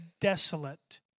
desolate